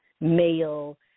male